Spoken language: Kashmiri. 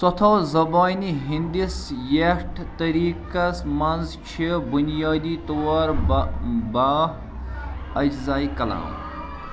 سوتھو زبانہِ ہٕنٛدِس یتھ طریٖقس منٛز چھِ بُنیٲدی طور با باہ اجزاے کلام